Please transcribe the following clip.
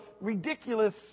ridiculous